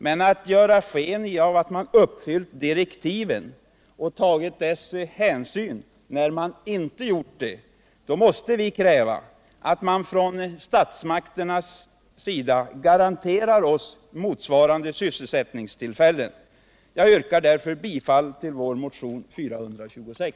Men när man ger sken av att man följt direktiven och tagit de hänsyn som det där talas om fastän man inte gjort det, då måste vi kräva att statsmakterna garanterar oss motsvarande sysselsättningstillfällen. Jag yrkar därför bifall till motionen 426.